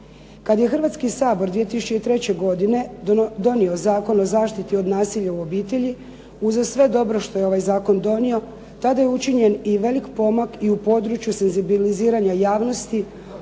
Kad je Hrvatski sabor 2003. godine donio Zakon o zaštiti od nasilja u obitelji uza sve dobro što je ovaj zakon donio tada je učinjen i velik pomak i u području senzibiliziranja javnosti